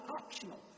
optional